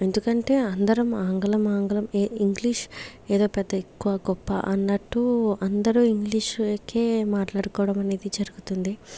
ఎందుకంటే అందరం ఆంగ్లం ఆంగ్లం ఇ ఇంగ్లీష్ ఏదో పెద్ద ఎక్కువ గొప్ప అన్నట్టూ అందరు ఇంగ్లీష్కే మాట్లాడుకోవడం అనేది జరుగుతుంది